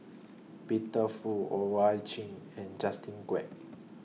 Peter Fu Owyang Chi and Justin Quek